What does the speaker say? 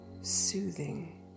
soothing